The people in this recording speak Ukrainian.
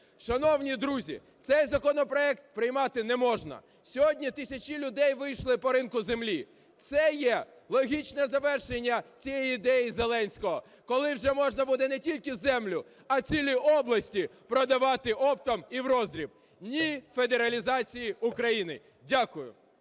Шановні друзі, цей законопроект приймати не можна, сьогодні тисячі людей вийшли по ринку землі. Це є логічне завершення цієї ідеї Зеленського, коли вже можна буде не тільки землю, а цілі області продавати оптом і вроздріб. Ні - федералізації України! Дякую.